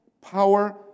power